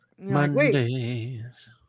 Monday's